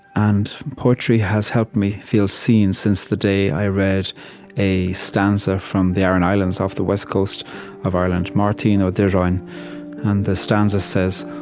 and poetry has helped me feel seen since the day i read a stanza from the aran islands off the west coast of ireland, mairtin o direain. and the stanza says.